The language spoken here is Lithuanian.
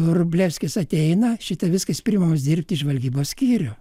vrublevskis ateina šita viskas jis priimamas dirbti į žvalgybos skyrių